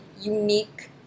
unique